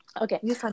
okay